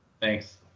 Thanks